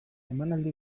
emanaldi